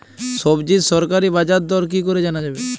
সবজির সরকারি বাজার দর কি করে জানা যাবে?